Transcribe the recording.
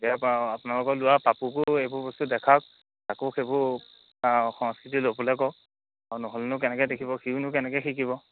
এতিয়াৰপৰা অঁ আপোনালোকৰ ল'ৰা পাপুকো এইবোৰ বস্তু দেখাওক তাকো সেইবোৰ সংস্কৃতি ল'বলৈ কওক আৰু নহ'লেনো কেনেকৈ দেখিব সিওনো কেনেকৈ শিকিব